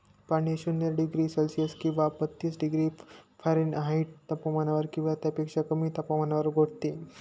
पाणी शून्य degree Celsius किंवा बत्तीस डिग्री फॅरेनहाईट तापमानावर किंवा त्यापेक्षा कमी तापमानावर गोठते